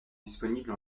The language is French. disponible